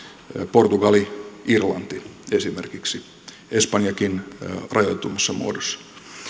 portugali irlanti esimerkiksi espanjakin rajatummassa muodossa